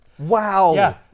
Wow